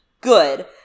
Good